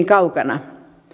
kaukana